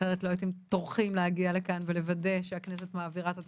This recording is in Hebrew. אחרת לא הייתם טורחים להגיע לכאן ולוודא שהכנסת מעבירה את התקנות.